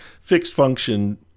fixed-function